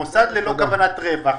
מוסד ללא כוונת רווח,